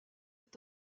est